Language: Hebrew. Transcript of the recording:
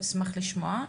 נשמח לשמוע.